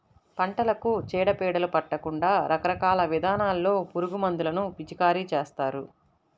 పంటలకు చీడ పీడలు పట్టకుండా రకరకాల విధానాల్లో పురుగుమందులను పిచికారీ చేస్తారు